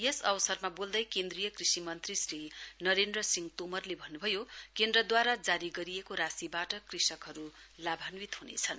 यस अवसरमा बोल्दै केन्द्रीय कृषि मन्त्री श्री नरेन्द्र सिंह तोमरले भन्नुभयो केन्द्रद्वारा जारी गरिएको राशिबाट कृषकहरू लाभान्वित हुनेछन्